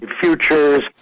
futures